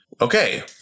okay